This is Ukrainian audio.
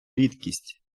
рідкість